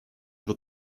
wird